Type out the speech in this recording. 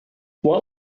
what